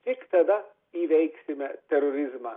tik tada įveiksime terorizmą